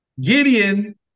Gideon